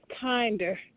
kinder